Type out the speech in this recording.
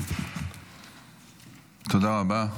תודה רבה.